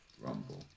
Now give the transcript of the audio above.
Rumble